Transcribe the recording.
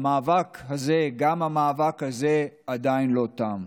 גם המאבק הזה עדיין לא תם.